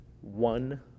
one